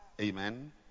amen